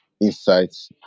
insights